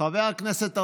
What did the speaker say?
חבר הכנסת ארבל,